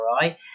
right